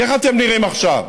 כי איך אתם נראים עכשיו?